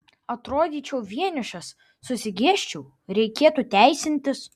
atrodyčiau vienišas susigėsčiau reikėtų teisintis